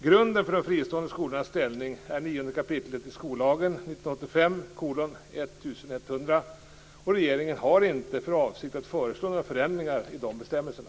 Grunden för de fristående skolornas ställning är 9 kap. i skollagen . Regeringen har inte för avsikt att föreslå några förändringar i de bestämmelserna.